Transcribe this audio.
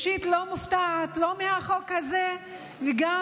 אני אישית לא מופתעת, לא מהחוק הזה וגם